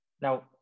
Now